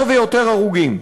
יותר ויותר הרוגים.